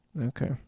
Okay